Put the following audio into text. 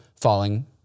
falling